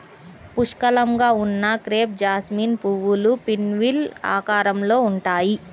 పుష్కలంగా ఉన్న crepe jasmine పువ్వులు పిన్వీల్ ఆకారంలో ఉంటాయి